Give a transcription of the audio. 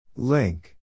Link